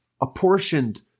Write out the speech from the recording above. apportioned